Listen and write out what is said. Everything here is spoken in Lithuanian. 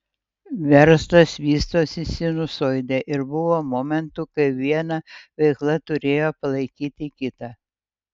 verslas vystosi sinusoide ir buvo momentų kai viena veikla turėjo palaikyti kitą